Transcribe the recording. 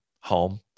home